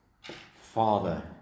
father